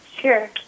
Sure